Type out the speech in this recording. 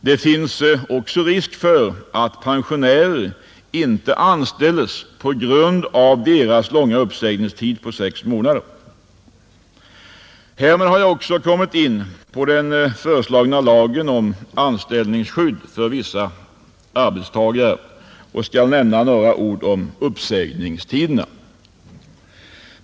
Det finns också risk för att pensionärer inte anställs på grund av deras långa uppsägningstid på sex månader, Härmed har jag kommit in på den föreslagna lagen om anställningsskydd för vissa arbetstagare och skall nämna några ord om uppsägningstiderna.